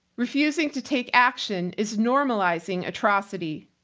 refusing to take action is normalizing atrocity.